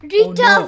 Rita